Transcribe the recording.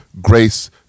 grace